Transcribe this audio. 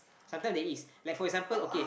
sometimes there is like for example okay